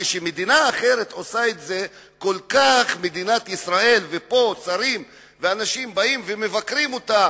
וכשמדינה אחרת עושה את זה מדינת ישראל ושרים באים ומבקרים אותה,